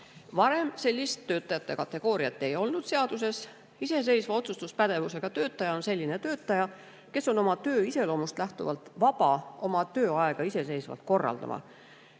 Varem sellist töötajate kategooriat seaduses ei olnud. Iseseisva otsustuspädevusega töötaja on selline töötaja, kes on oma töö iseloomust lähtuvalt vaba oma tööaega iseseisvalt korraldama.